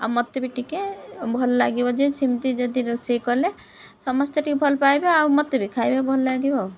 ଆଉ ମତେ ବି ଟିକେ ଭଲ ଲାଗିବ ଯେ ସେମିତି ଯଦି ରୋଷେଇ କଲେ ସମସ୍ତେ ଟିକେ ଭଲ ପାଇବେ ଆଉ ମତେ ବି ଖାଇବା ଭଲ ଲାଗିବ ଆଉ